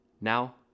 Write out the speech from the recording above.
Now